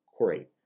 Great